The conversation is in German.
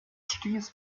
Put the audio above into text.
stieß